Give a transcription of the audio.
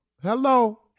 hello